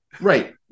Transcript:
Right